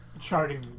charting